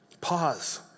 Pause